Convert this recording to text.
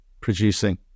producing